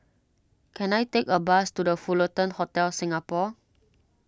can I take a bus to the Fullerton Hotel Singapore